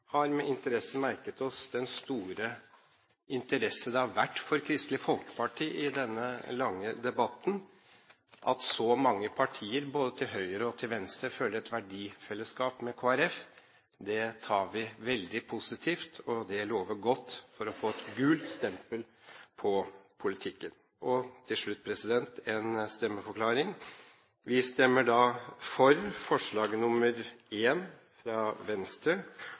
har med interesse merket oss den store interesse det har vært for Kristelig Folkeparti i denne lange debatten. At så mange partier, både til høyre og til venstre, føler et verdifellesskap med Kristelig Folkeparti, synes vi er veldig positivt, og det lover godt for å få et gult stempel på politikken. Til slutt en stemmeforklaring: Vi stemmer for forslag nr. 1, fra Venstre,